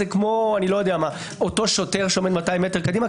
זה כמו אותו שוטר שעומד 200 מטר קדימה?